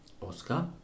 Oscar